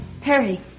Harry